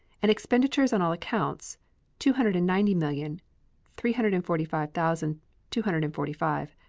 and expenditures on all accounts two hundred and ninety million three hundred and forty five thousand two hundred and forty five